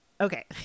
okay